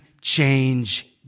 change